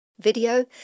video